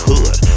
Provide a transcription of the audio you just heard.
Hood